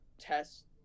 test